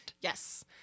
Yes